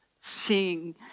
seeing